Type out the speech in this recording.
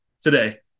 today